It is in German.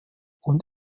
und